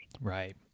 Right